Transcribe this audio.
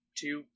two